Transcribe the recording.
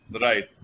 Right